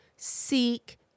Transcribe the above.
seek